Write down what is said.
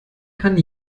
kann